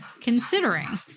considering